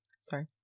Sorry